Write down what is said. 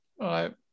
Right